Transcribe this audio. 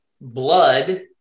blood